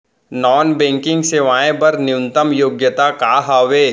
Non banking सेवाएं बर न्यूनतम योग्यता का हावे?